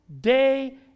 day